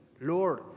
Lord